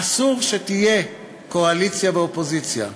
אסור שיהיו קואליציה ואופוזיציה.